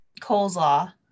Coleslaw